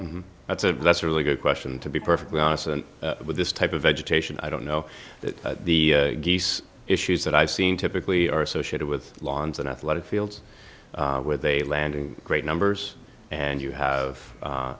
know that's a that's a really good question to be perfectly honest with this type of vegetation i don't know that the geese issues that i've seen typically are associated with lawns and athletic fields where they landing great numbers and you have